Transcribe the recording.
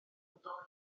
bodoli